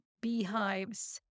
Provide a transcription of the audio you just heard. beehives